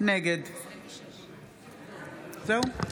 נגד זהו?